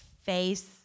face